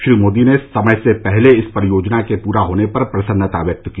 श्री मोदी ने समय से पहले इस परियोजना के पूरा होने पर प्रसन्नता व्यक्त की